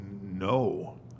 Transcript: no